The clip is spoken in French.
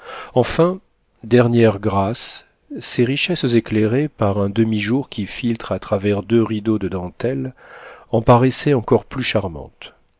enfin dernière grâce ces richesses éclairées par un demi-jour qui filtre à travers deux rideaux de dentelle en paraissaient encore plus charmantes